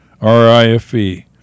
R-I-F-E